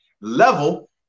level